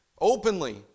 openly